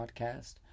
podcast